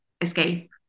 escape